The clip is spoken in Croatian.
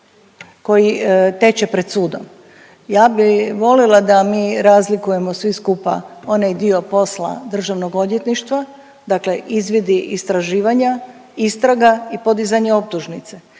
koji teče pred sudom. Ja bi volila da mi razlikujemo svi skupa onaj dio posla Državnog odvjetništva, dakle izvidi, istraživanja, istraga i podizanje optužnice.